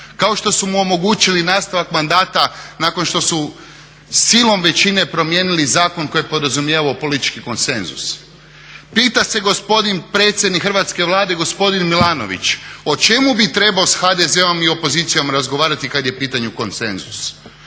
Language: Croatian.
kao što su mu omogućili nastavak mandata nakon što su silom većine promijenili zakon koji je podrazumijevao politički konsenzus. Pita se gospodin predsjednik Hrvatske vlade gospodin Milanović o čemu bi trebao s HDZ-om i opozicijom razgovarati kad je u pitanju konsenzus?